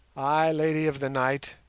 ay, lady of the night,